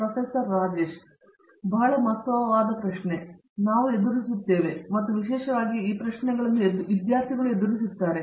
professor Rajesh Kumar ಬಹಳ ಮಹತ್ವವಾದ ಪ್ರಶ್ನೆ ನಾವು ಎದುರಿಸುತ್ತೇವೆ ಮತ್ತು ವಿಶೇಷವಾಗಿ ಈ ಪ್ರಶ್ನೆಗಳನ್ನು ವಿದ್ಯಾರ್ಥಿಗಳು ಎದುರಿಸುತ್ತಾರೆ